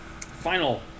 Final